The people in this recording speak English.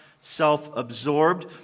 self-absorbed